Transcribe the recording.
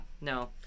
No